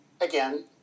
again